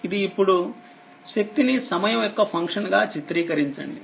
ఇది ఇప్పుడు శక్తిని సమయంయొక్క ఫంక్షన్ గా చిత్రీకరించండి